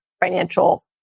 financial